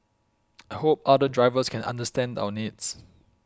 I hope other drivers can understand our needs